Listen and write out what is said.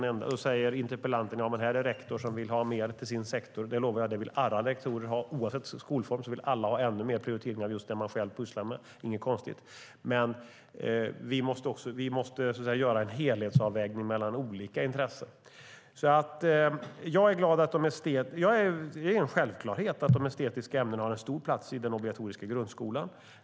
Interpellanten talar om rektorer som vill få mer till sin sektor. Jag lovar dig: Det vill alla rektorer. Oavsett skolform vill alla ha ännu högre prioritering av just det som de själva sysslar med. Det är inget konstigt. Vi måste dock göra en helhetsavvägning mellan olika intressen. Det är en självklarhet att de estetiska ämnena har en stor plats i den obligatoriska grundskolan.